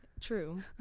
true